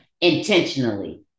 Intentionally